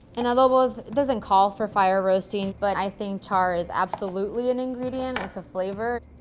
and adobos doesn't call for fire-roasting, but i think char is absolutely an ingredient. it's a flavor.